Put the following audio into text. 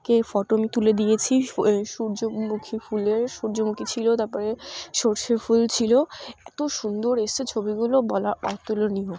কে photo আমি তুলে দিয়েছি সূর্যমুখী ফুলের সূর্যমুখী ছিল তারপরে সর্ষে ফুল ছিল এত সুন্দর এসে ছবিগুলো বলা অতুলনীয়